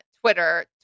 Twitter